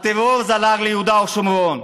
הטרור זלג ליהודה ושומרון.